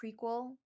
prequel